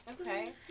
Okay